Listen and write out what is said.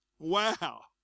Wow